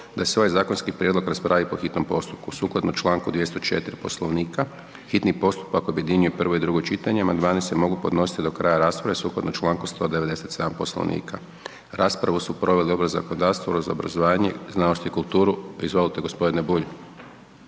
da se ovaj zakonski prijedlog raspravi po hitnom postupku. Sukladno čl. 204. Poslovnika, hitni postupak objedinjuje prvo i drugo čitanje, amandmani se mogu podnositi do kraja rasprave sukladno čl. 197. Poslovnika. Raspravu su proveli Odbor za zakonodavstvo, Odbor za obrazovanje, znanost i kulturu. Izvolite, g. Bulj.